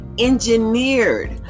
engineered